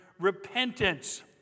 repentance